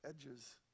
edges